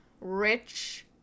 rich